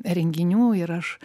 renginių ir aš